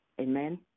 Amen